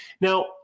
Now